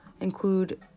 include